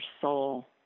soul